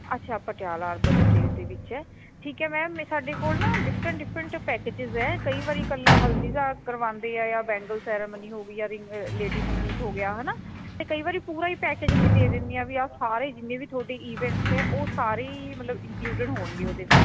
ਅੱਛਾ Patiala urban estate ਦੇ ਵਿੱਚ ਹੈ ਠੀਕ ਹੈ ਮੈਮ ਇਹ ਸਾਡੇ ਕੋਲ ਨਾ ਡਿਫ਼ਰੈਟ ਡਿਫ਼ਰੈਟ ਪੈਕਿਜਿਸ ਹੈ ਕਈ ਵਾਰੀ ਕੱਲਾ ਹਲਦੀ ਦਾ ਕਰਵਾਂਦੇ ਹੈ ਜਾਂ ਬੈਂਗਲ ਸੈਰੇਮਨੀ ਹੋ ਗਈ ਜਾਂ ਰਿੰਗ ਲੇਡੀਸ ਸੰਗੀਤ ਹੋ ਗਿਆ ਹਨਾਂ ਅਤੇ ਕਈ ਵਾਰੀ ਪੂਰਾ ਈ ਪੈਕਿਜ ਅਸੀਂ ਦੇ ਦਿੰਦੇ ਆ ਵੀ ਆਹ ਸਾਰੇ ਜਿੰਨੇ ਵੀ ਤੁਹਾਡੇ ਈਵੈਂਟਸ ਹੈ ਉਹ ਸਾਰੇ ਹੀ ਮਤਲਬ ਇੰਨਕਲੀਊਡਿਡ ਹੋਣਗੇ ਉਹਦੇ ਵਿੱਚ